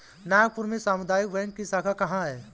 नागपुर में सामुदायिक बैंक की शाखा कहाँ है?